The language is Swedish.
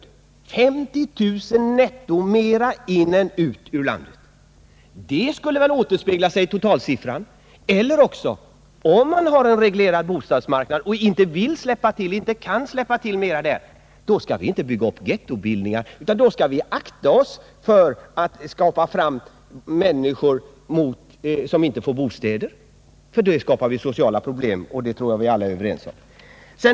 Den uppgick till 50 000 netto — det var alltså 50 000 fler personer som flyttade in i landet än som flyttade ut. Detta borde väl återspegla sig i totalsiffran! Om man har en reglerad bostadsmarknad och inte vill eller kan släppa till flera bostäder, då skall man icke bygga upp getton utan då skall man akta sig för att släppa in människor som inte kan få bostäder; att det skapar sociala problem tror jag vi alla är överens om.